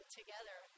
together